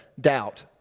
doubt